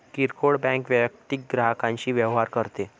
किरकोळ बँक वैयक्तिक ग्राहकांशी व्यवहार करते